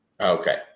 Okay